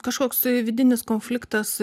kažkoks vidinis konfliktas